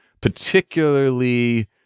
particularly